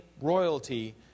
royalty